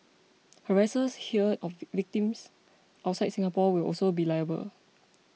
harassers here of the victims outside Singapore will also be liable